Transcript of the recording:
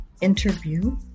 interview